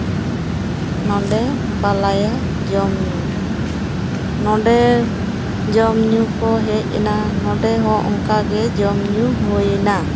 ᱱᱚᱰᱮ ᱵᱟᱞᱟᱭᱟ ᱡᱚᱱ ᱧᱩ ᱱᱚᱰᱮ ᱡᱚᱢ ᱧᱩ ᱠᱚ ᱦᱮᱡ ᱮᱱᱟ ᱱᱚᱰᱮ ᱦᱚᱸ ᱚᱱᱠᱟ ᱜᱮ ᱡᱚᱢ ᱧᱩ ᱦᱩᱭᱮᱱᱟ